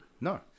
No